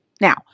Now